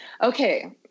okay